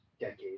decade